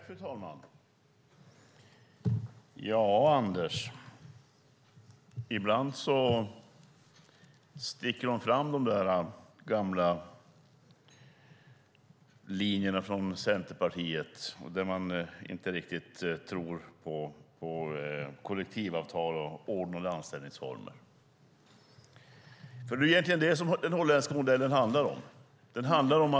Fru talman! Ja, Anders - ibland sticker de fram, de gamla linjerna från Centerpartiet där man inte riktigt tror på kollektivavtal och ordnade anställningsformer. Det är nämligen det den holländska modellen egentligen handlar om.